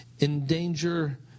endanger